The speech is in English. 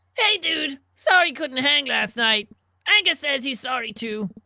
hey dude! sorry couldn't hang last night angus says he's sorry too.